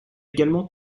également